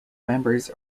members